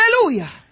Hallelujah